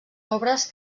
obres